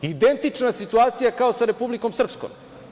Identična situacija kao sa Republikom Srpskom.